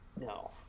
No